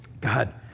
God